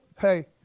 Hey